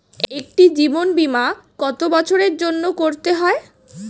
একটি জীবন বীমা কত বছরের জন্য করতে হয়?